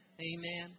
Amen